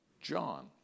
John